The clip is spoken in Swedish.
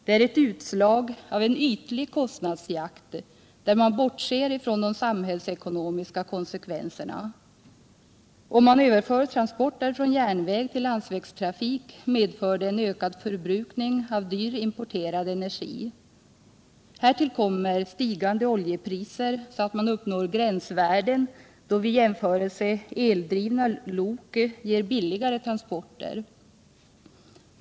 Det är ett utslag av en ytlig kostnadsjakt, där man bortser från de samhällsekonomiska konsekvenserna. Om man överför transporter från järnväg till landsväg medför det en ökad förbrukning av dyr importerad energi. Härtill kommer stigande oljepriser, så att man uppnår gränsvärden där eldrivna lok vid en jämförelse ger billigare transporter.